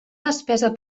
despesa